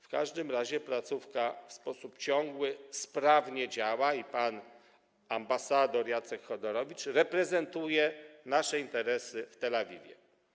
W każdym razie placówka w sposób ciągły i sprawny działa, a pan ambasador Jacek Chodorowicz reprezentuje nasze interesy w Tel Awiwie.